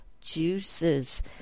juices